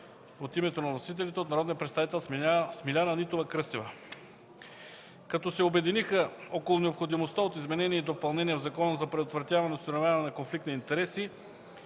от името на вносителите от народния представител Смиляна Нитова-Кръстева. Като се обединиха около необходимостта от изменения и допълнения в Закона за предотвратяване и установяване на конфликт на интереси,